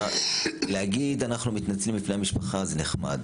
להגיד אנחנו מתנצלים בפני המשפחה זה נחמד,